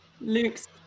Luke's